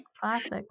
Classic